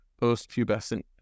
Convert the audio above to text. post-pubescent